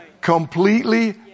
Completely